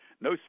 no